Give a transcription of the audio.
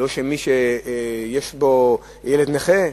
לא על מי שיש לו ילד נכה,